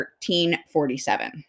1347